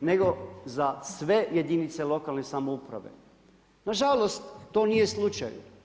nego za sve jedinice lokalne samouprave, nažalost to nije slučaj.